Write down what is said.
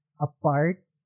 apart